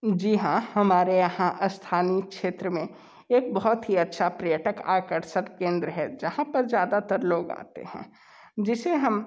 जी हाँ हमारे यहाँ स्थानीय क्षेत्र में एक बहुत ही अच्छा पर्यटक आकर्षक केंद्र है जहाँ पर ज़्यादातर लोग आते हैं जिसे हम